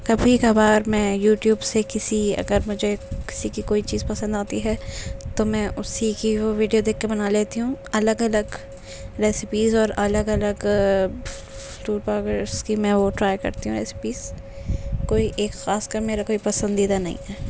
کبھی کبھار میں یوٹیوب سے کسی اگر مجھے کسی کی کوئی چیز پسند آتی ہے تو میں اسی کی وہ ویڈیو دیکھ کے بنا لیتی ہوں الگ الگ رسیپیز اور الگ الگ فوڈ بلاگرس کی میں وہ ٹرائی کر تی ہوں رسیپیز کوئی ایک خاص کر میرا کوئی پسندیدہ نہیں ہے